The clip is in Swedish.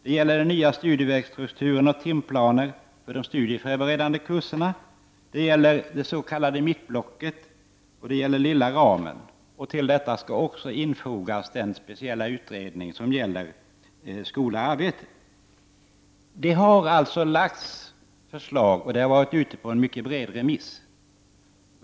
Det gäller den nya studievägsstrukturen och timplanen för de studieförberedande kurserna. Det gäller det s.k. mittblocket, och det gäller den lilla ramen. Till detta skall också infogas den speciella utredning som gäller skola — arbete. Det har alltså lagts fram förslag, och de har varit ute på en bred remiss.